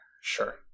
Sure